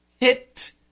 hit